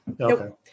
Okay